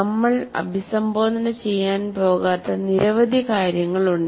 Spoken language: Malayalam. നമ്മൾ അഭിസംബോധന ചെയ്യാൻ പോകാത്ത നിരവധി കാര്യങ്ങളുണ്ട്